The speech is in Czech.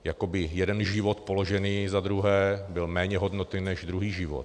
Jako by jeden život položený za druhé byl méně hodnotný než druhý život.